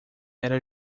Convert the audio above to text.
era